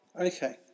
Okay